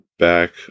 back